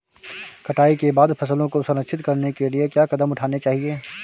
कटाई के बाद फसलों को संरक्षित करने के लिए क्या कदम उठाने चाहिए?